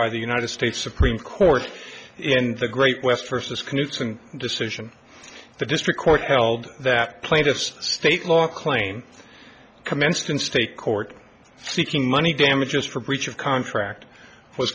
by the united states supreme court and the great west versus conducing decision the district court held that plaintiff's state law claim commenced in state court seeking money damages for breach of contract was